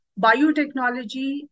biotechnology